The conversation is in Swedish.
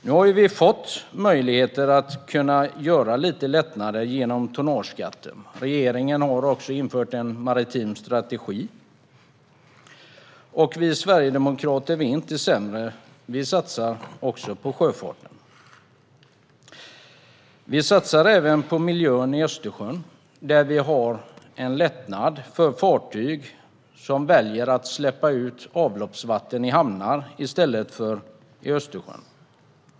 Nu har vi fått möjlighet att göra lite lättnader genom tonnageskatten. Regeringen har också infört en maritim strategi. Vi sverigedemokrater är inte sämre; vi satsar också på sjöfarten. Vi satsar även på miljön i Östersjön genom en lättnad för fartyg som väljer att släppa ut avloppsvatten i hamnar i stället för i Östersjön.